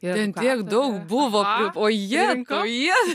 ten tiek daug buvo pri oje oje